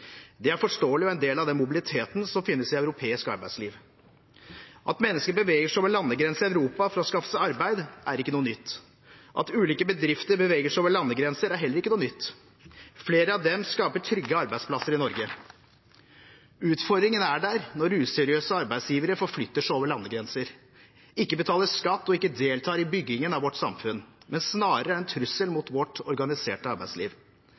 Det er forståelig og er en del av den mobiliteten som finnes i europeisk arbeidsliv. At mennesker beveger seg over landegrensene i Europa for å skaffe seg arbeid, er ikke noe nytt. At ulike bedrifter beveger seg over landegrenser, er heller ikke noe nytt. Flere av dem skaper trygge arbeidsplasser i Norge. Utfordringen er der når useriøse arbeidsgivere forflytter seg over landegrenser, ikke betaler skatt og ikke deltar i byggingen av vårt samfunn, men snarere er en trussel mot vårt organiserte arbeidsliv.